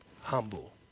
humble